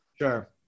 sure